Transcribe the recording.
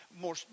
more